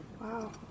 wow